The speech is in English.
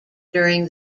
during